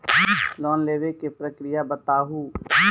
Loan लेवे के प्रक्रिया बताहू?